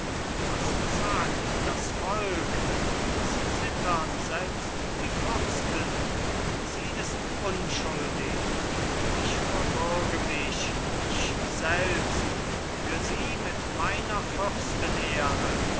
was zagt das volk was zittern selbst die fürsten sie ist unschuldig ich verbürge mich ich selbst für sie mit meiner